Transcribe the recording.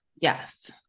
Yes